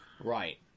Right